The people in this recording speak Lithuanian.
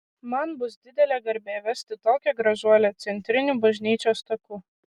man bus didelė garbė vesti tokią gražuolę centriniu bažnyčios taku